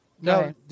no